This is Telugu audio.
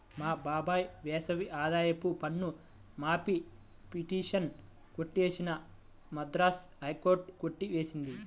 మా బాబాయ్ వేసిన ఆదాయపు పన్ను మాఫీ పిటిషన్ కొట్టివేసిన మద్రాస్ హైకోర్టు కొట్టి వేసింది